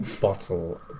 bottle